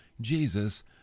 Jesus